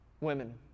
Women